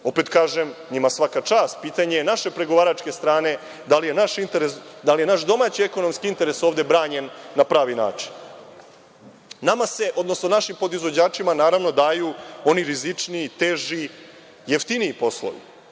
Opet kažem, njima svaka čast, pitanje je naše pregovaračke strane da li je naš domaći ekonomski interes ovde branjen na pravi način. Našim podizvođačima se daju oni rizičniji, teži, jeftiniji poslovi,